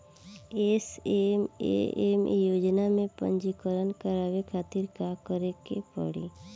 SMAM योजना में पंजीकरण करावे खातिर का का करे के पड़ी?